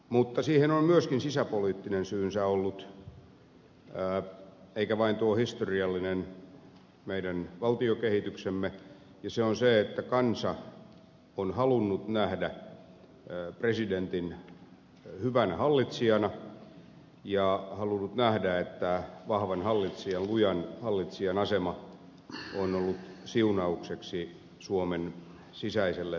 mutta siihen on myöskin sisäpoliittinen syynsä ollut eikä vain tuo meidän historiallinen valtiokehityksemme ja se on se että kansa on halunnut nähdä presidentin hyvänä hallitsijana ja halunnut nähdä että vahvan hallitsijan lujan hallitsijan asema on ollut siunaukseksi suomen sisäiselle yhteiskuntakehitykselle